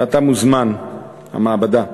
ואתה מוזמן, "המעבדה".